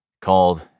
called